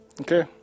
okay